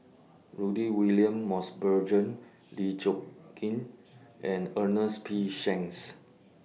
Rudy William Mosbergen Lee Choon Kee and Ernest P Shanks